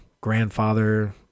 grandfather